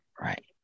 Right